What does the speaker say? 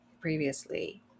previously